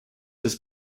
his